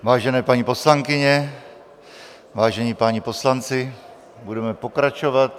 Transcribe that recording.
Vážené paní poslankyně, vážení páni poslanci, budeme pokračovat.